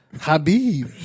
Habib